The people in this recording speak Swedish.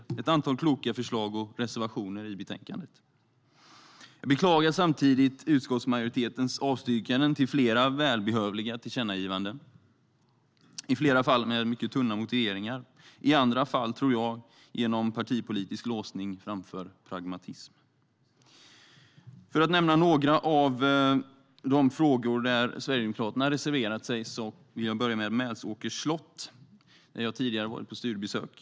Det finns ett antal kloka förslag och reservationer i betänkandet. Jag beklagar samtidigt utskottsmajoritetens avstyrkanden av flera välbehövliga tillkännagivanden - i flera fall med mycket tunna motiveringar, i andra fall genom partipolitisk låsning framför pragmatism. För att nämna några av de frågor där Sverigedemokraterna har reserverat sig vill jag börja med Mälsåkers slott, där jag har varit på studiebesök.